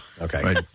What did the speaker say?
Okay